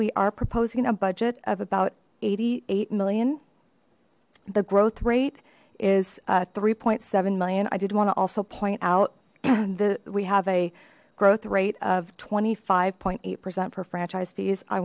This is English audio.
we are proposing a budget of about eighty eight million the growth rate is three seven million i did want to also point out the we have a growth rate of twenty five point eight percent for franchise fees i